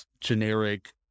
generic